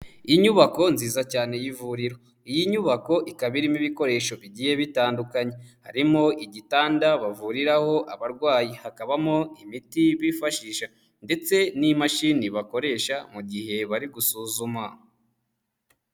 Inyubako nziza cyane y'ivuriro. Iyi nyubako ikaba irimo ibikoresho bigiye bitandukanye. Harimo igitanda bavuriraho abarwayi, hakabamo imiti bifashisha ndetse n'imashini bakoresha mu gihe bari gusuzuma.